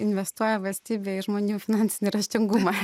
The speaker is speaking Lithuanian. investuoja valstybė į žmonių finansinį raštingumą